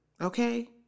Okay